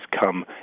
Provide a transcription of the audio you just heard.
come